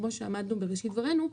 כמו שאמרנו בראשית דברנו,